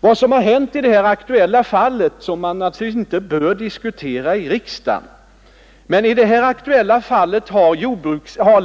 Vad som har hänt i det här aktuella fallet — som man naturligtvis inte bör diskutera i riksdagen — är att